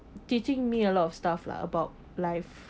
teaching me a lot of stuff lah about life